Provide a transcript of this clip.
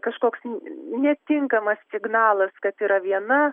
kažkoks netinkamas signalas kad yra viena